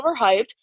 overhyped